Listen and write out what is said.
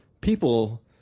people